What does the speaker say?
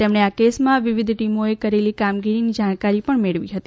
તેમણે આ કેસમાં વિવિધ ટીમોએ કરેલી કામગીરીને જાણકારી પણ મેળવી હતી